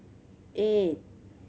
eight